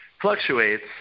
fluctuates